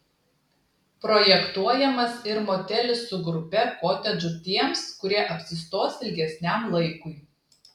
projektuojamas ir motelis su grupe kotedžų tiems kurie apsistos ilgesniam laikui